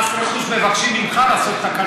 מס רכוש מבקשים ממך לעשות תקנה.